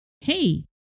hey